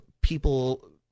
people